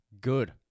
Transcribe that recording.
Good